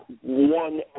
one